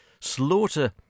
Slaughter